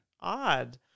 odd